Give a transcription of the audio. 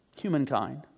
humankind